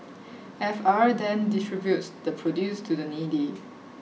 F R then distributes the produce to the needy